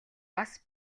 бас